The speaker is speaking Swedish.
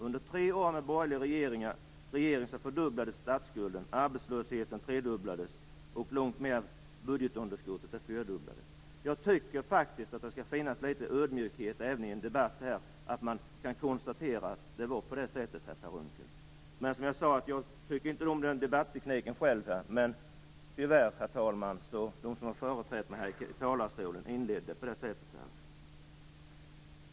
Under tre år med borgerlig regering fördubblades statsskulden, arbetslösheten tredubblades och budgetunderskottet långt mer än fyrdubblades. Jag tycker faktiskt att det även i en debatt här i kammaren skall finnas litet ödmjukhet - man skall kunna konstatera att det var på det här sättet, Per Unckel. Jag tycker själv inte om den här debattekniken, men tyvärr har de som föregått mig i talarstolen inlett debatten på det sättet.